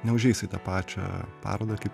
neužeisi į tą pačią parodą kaip